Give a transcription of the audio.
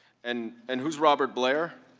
and and who is robert blair?